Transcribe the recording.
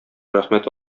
рәхмәт